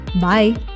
Bye